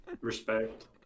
Respect